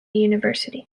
university